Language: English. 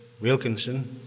Wilkinson